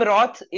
Roth